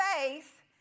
faith